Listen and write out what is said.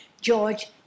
George